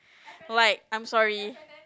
like I'm sorry